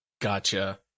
Gotcha